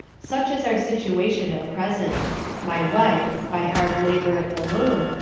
such is our situation at present my wife, by hard labor at the loom,